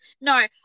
No